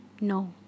no